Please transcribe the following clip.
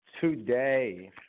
Today